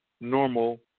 normal